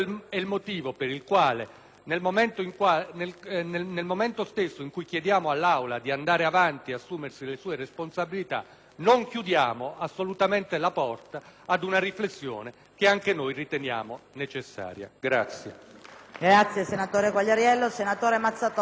nel momento stesso in cui chiediamo all'Assemblea di andare davanti e assumersi le proprie responsabilità, non chiudiamo assolutamente la porta ad una riflessione che anche noi riteniamo necessaria.